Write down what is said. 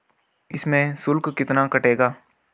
इसमें शुल्क कितना कटेगा?